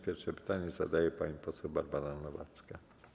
Pierwsze pytanie zadaje pani poseł Barbara Nowacka.